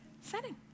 setting